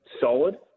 solid